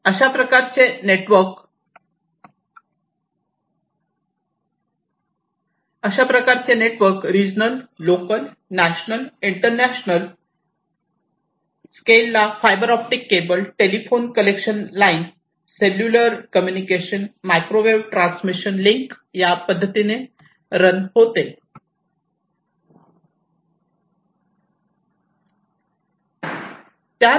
अशाप्रकारचे network regional local national international scale ला fibre optic cable telephone connection line cellular communication microwave transmission link यांच्या मदतीने run होते